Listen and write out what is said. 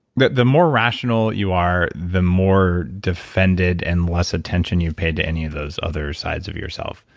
the the more rational you are, the more defended and less attention you've paid to any of those others sides of yourself.